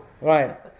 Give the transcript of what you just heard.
Right